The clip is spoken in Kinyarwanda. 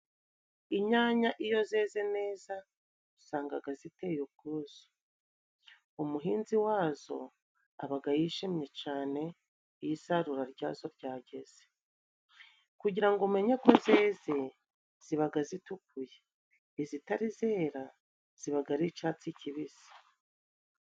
Inyanya iyo zeze neza usangaga ziteye ubwuzu. Umuhinzi wazo abaga yishimye cane iyo isarura ryazo ryageze, kugira ngo umenye ko zeze zibaga zitukuye, izitari zera zibaga ari icatsi kibisi.